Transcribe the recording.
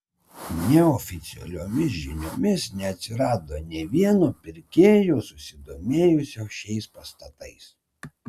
neoficialiomis žiniomis neatsirado nė vieno pirkėjo susidomėjusio šiais pastatais